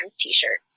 T-shirt